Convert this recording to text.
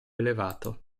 elevato